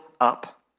up